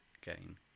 game